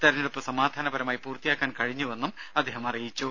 തിരഞ്ഞെടുപ്പ് സമാധാനപരമായി പൂർത്തിയാക്കാൻ കഴിഞ്ഞുവെന്നും അദ്ദേഹം പറഞ്ഞു